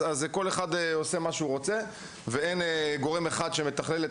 אז כל אחד עושה מה שהוא רוצה ואין מי שמתכלל,